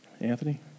Anthony